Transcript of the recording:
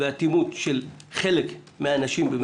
והאטימות של חלק מהאנשים במשרד החינוך.